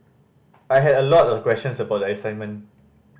I had a lot of questions about the assignment